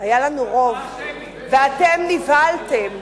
היה לנו רוב, ואתם נבהלתם.